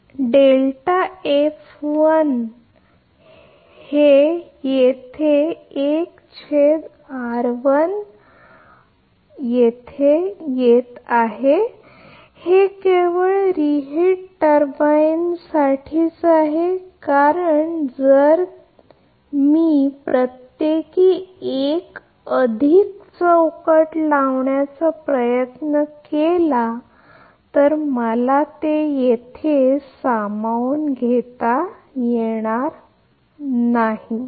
तर हे येथे येत आहे हे केवळ री हीट टर्बाइन साठीच आहे कारण जर मी प्रत्येकी 1 अधिक ब्लॉक लावण्याचा प्रयत्न केला तर मला येथे सामावून घेता येणार नाही आणि ही तुमची आहे आणि ही आपला अडथळा 1 असेल तर हे इतके असेल